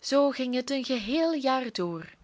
zoo ging het een geheel jaar door